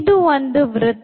ಇದು ಒಂದು ವೃತ್ತ